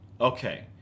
Okay